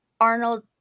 Arnold